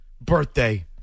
Birthday